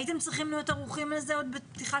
הייתם צריכים להיות ערוכים לזה בפתיחת